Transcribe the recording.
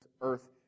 earth